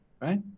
Right